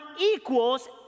equals